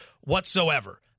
whatsoever